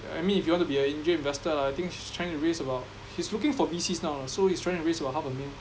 I mean if you want to be a angel investor lah I think he's trying to raise about he's looking for B_Cs now lah so he's trying to raise about half a mil